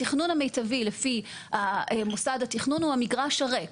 התכנון המיטבי לפי מוסד התכנון הוא המגרש הריק,